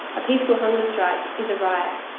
a peaceful hunger strike is a riot.